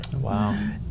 wow